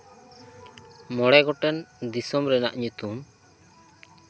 ᱢᱚᱬᱮ ᱜᱚᱴᱮᱱ ᱫᱤᱥᱚᱢ ᱨᱮᱱᱟᱜ ᱧᱩᱛᱩᱢ